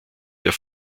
der